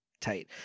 tight